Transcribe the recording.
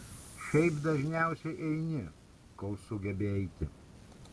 šiaip dažniausiai eini kol sugebi eiti